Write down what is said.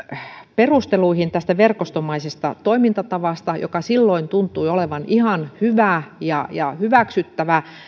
perusteluihin tästä verkostomaisesta toimintatavasta joka silloin tuntui olevan ihan hyvä ja hyväksyttävä